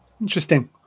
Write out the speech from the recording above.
Interesting